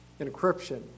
Encryption